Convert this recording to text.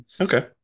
okay